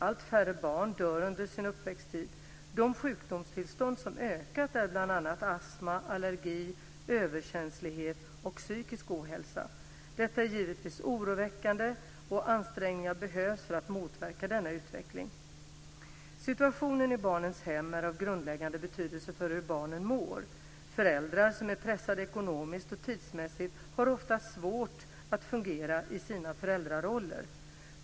Allt färre barn dör under sin uppväxttid. De sjukdomstillstånd som ökat är bl.a. astma, allergi, överkänslighet och psykisk ohälsa. Detta är givetvis oroväckande, och ansträngningar behövs för att motverka denna utveckling. Situationen i barnens hem är av grundläggande betydelse för hur barnen mår. Föräldrar som är pressade ekonomiskt och tidsmässigt har det ofta svårt att fungera i sina föräldraroller.